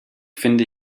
finde